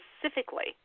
specifically